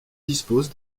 dispose